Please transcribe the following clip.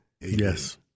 Yes